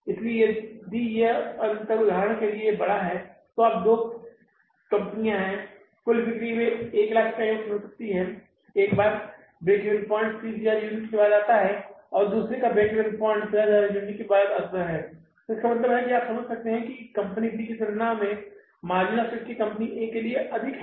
इसलिए यदि यह अंतर उदाहरण के लिए बड़ा है तो अब दोनों कंपनियां हैं कुल बिक्री वे 100000 इकाइयों की हो सकती है एक बार ब्रेक इवन पॉइंट्स 30000 यूनिट्स के बाद आता है और दूसरा ब्रेक इवन पॉइंट्स 50000 यूनिट्स के बाद आता है इसलिए इसका मतलब है आप समझ सकते हैं कि कंपनी B की तुलना में margin of safety company A के लिए अधिक है